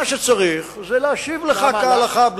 מה שצריך זה להשיב לך כהלכה,